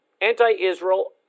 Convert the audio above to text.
Anti-Israel